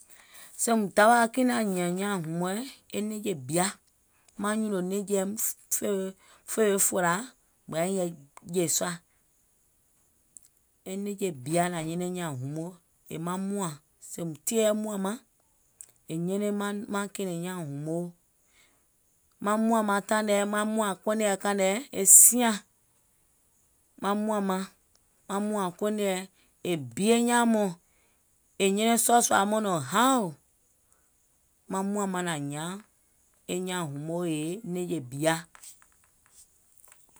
Sèèùm dawà kiìŋ naŋ hìɛ̀ŋ nyaàŋ hùmooɛ̀, e nɛ̀ŋje bìa, mùŋ naŋ nyùnò nɛ̀ŋjeɛ̀ fòiŋ weè fòlà mùŋ yàiŋ yɛi jè sùà. E nɛ̀ŋje bìa nàŋ nyɛnɛŋ nyaàŋ hùmoo yèè maŋ mùàŋ. Sèèùm tie yɛi mùàŋ maŋ, è nyɛnɛŋ maŋ kɛ̀ɛ̀nɛ̀ŋ nyaàŋ hùmoo. Maŋ mùàŋ taìŋ nɛɛ̀, e mùàŋ kɔnèɛ siàŋ. Maŋ mùàŋ maŋ, e mùȧŋ kɔnèɛ è bie nyaàŋ mɔɔ̀ŋ, è nyɛnɛŋ sɔɔ̀sùà muìŋ nɔ̀ŋ haòò. Maŋ mùàŋ maŋ nàŋ hiàŋ nyaàŋ hùmoo yèè nɛ̀ŋje bìa.